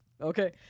okay